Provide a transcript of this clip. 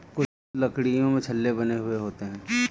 कुछ लकड़ियों में छल्ले बने हुए होते हैं